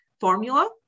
formula